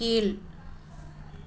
கீழ்